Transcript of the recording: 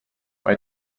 bei